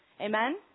Amen